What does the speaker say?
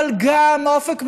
אבל גם אופק מדיני,